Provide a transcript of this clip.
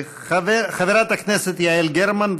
חברת הכנסת יעל גרמן,